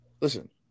listen